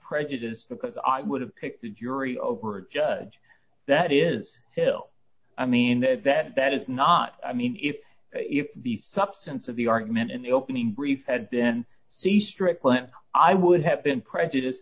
prejudiced because i would have picked a jury over a judge that is still i mean that that that is not i mean if if the substance of the argument in the opening brief had been c strickland i would have been prejudice